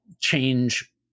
change